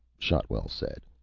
shotwell said,